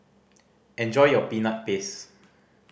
enjoy your Peanut Paste